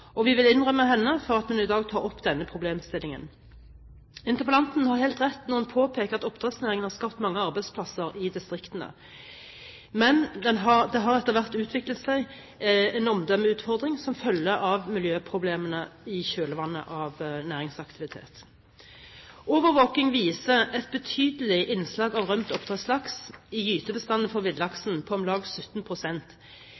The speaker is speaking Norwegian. og vi vil berømme henne for at hun i dag tar opp denne problemstillingen. Interpellanten har helt rett når hun påpeker at oppdrettsnæringen har skapt mange arbeidsplasser i distriktene. Men det har etter hvert utviklet seg en omdømmeutfordring som følge av miljøproblemene i kjølvannet av næringsaktivitet. Overvåking viser et betydelig innslag av rømt oppdrettslaks i gytebestanden for